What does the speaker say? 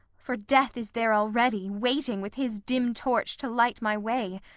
for death is there already, waiting with his dim torch to light my way.